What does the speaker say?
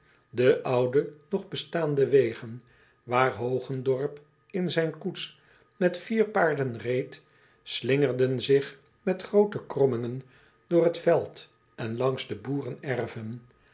e oude nog bestaande wegen waar ogendorp in zijn koets met vier paarden reed slingerden zich met groote krommingen door het veld en langs de